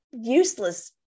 useless